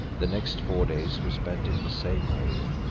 the next four days we spent in the same way.